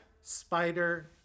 Spider